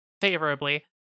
Favorably